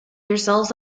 yourselves